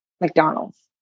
McDonald's